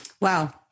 Wow